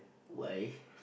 why